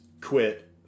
quit